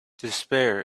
despair